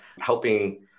helping